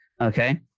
Okay